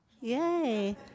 Yay